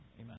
Amen